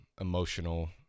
emotional